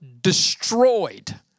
destroyed